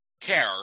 care